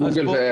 שזה גוגל ואפל.